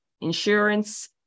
insurance